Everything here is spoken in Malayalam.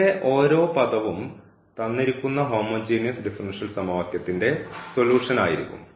ഇതിലെ ഓരോ പദവും തന്നിരിക്കുന്ന ഹോമോജീനിയസ് ഡിഫറൻഷ്യൽ സമവാക്യത്തിൻറെ സൊല്യൂഷൻ ആയിരിക്കും